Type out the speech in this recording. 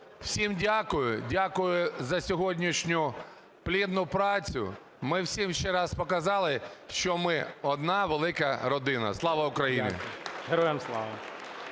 Всім дякую. Дякую за сьогоднішню плідну працю, ми всім ще раз показали, що ми – одна велика родина. Слава Україні! ГОЛОВУЮЧИЙ.